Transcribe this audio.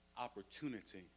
opportunity